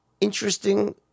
interesting